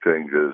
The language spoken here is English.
changes